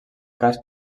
cas